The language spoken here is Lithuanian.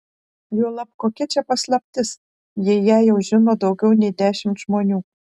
juolab kokia čia paslaptis jei ją jau žino daugiau nei dešimt žmonių